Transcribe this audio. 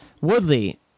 Woodley